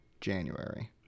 January